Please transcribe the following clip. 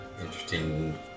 interesting